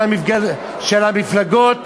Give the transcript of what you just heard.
של המפלגות,